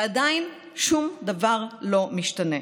ועדיין שום דבר לא משתנה.